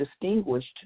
distinguished